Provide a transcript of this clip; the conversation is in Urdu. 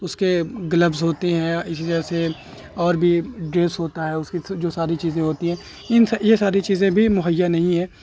اس کے گلبز ہوتے ہیں اسی طرح سے اور بھی ڈریس ہوتا ہے اس کی جو ساری چیزیں ہوتی ہیں ان سے یہ ساری چیزیں بھی مہیا نہیں ہیں